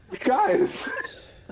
Guys